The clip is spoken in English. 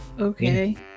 Okay